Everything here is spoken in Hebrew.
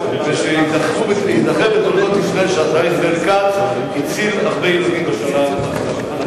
וייזכר בתולדות ישראל שהשר ישראל כץ הציל הרבה ילדים בשנה הזאת.